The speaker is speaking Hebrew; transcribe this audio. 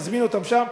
נזמין אותם לשם.